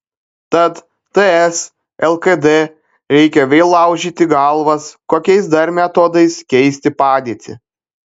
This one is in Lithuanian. tad ts lkd reikia vėl laužyti galvas kokiais dar metodais keisti padėtį